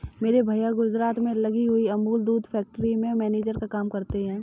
मेरे भैया गुजरात में लगी हुई अमूल दूध फैक्ट्री में मैनेजर का काम करते हैं